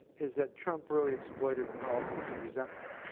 is that trump really exploited the politics of resentment.